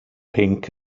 pinc